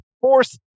force